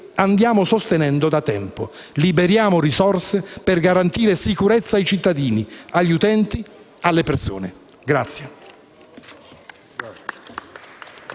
andiamo sostenendo da tempo: liberiamo risorse per garantire sicurezza ai cittadini, agli utenti, alle persone.